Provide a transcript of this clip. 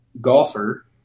golfer